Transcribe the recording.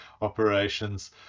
operations